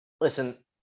Listen